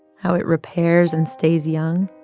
how it repairs and stays young?